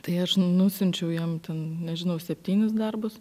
tai aš nusiunčiau jiem ten nežinau septynis darbus